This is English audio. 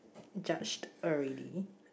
judged already